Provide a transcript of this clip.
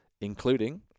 including